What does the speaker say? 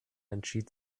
entschied